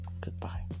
Goodbye